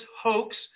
hoax